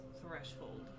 threshold